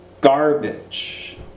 garbage